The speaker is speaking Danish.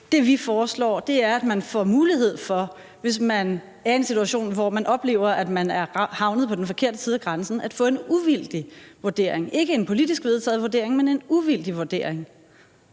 Det, vi foreslår, er, at man, hvis man er i en situation, hvor man oplever, at man er havnet på den forkerte side af grænsen, får mulighed for at få en uvildig vurdering, ikke en politisk vedtaget vurdering, men en uvildig vurdering.